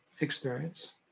experience